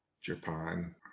Japan